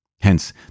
Hence